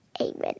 Amen